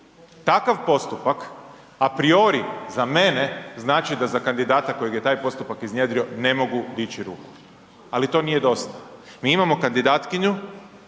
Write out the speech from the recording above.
Takav postupak a priori za mene znači da za kandidata kojeg je taj postupak iznjedrio ne mogu dići ruku, ali to nije dosta. Mi imamo kandidatkinju